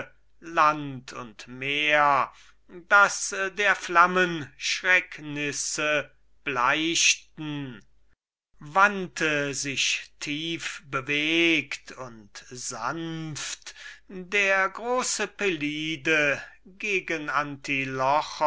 land und meer daß der flammen schrecknisse bleichten wandte sich tief bewegt und sanft der große pelide gegen